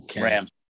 Rams